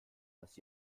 dass